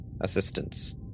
assistance